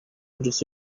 甚至